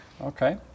Okay